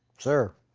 sir?